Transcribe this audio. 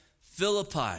Philippi